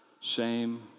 shame